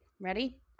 Ready